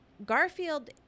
Garfield